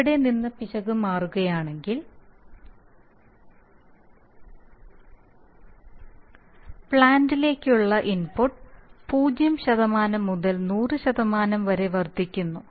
ഇവിടെ നിന്ന് പിശക് മാറുകയാണെങ്കിൽ പ്ലാന്റിലേക്കുള്ള ഇൻപുട്ട് 0 മുതൽ 100 വരെ വർദ്ധിക്കുന്നു